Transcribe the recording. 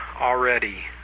already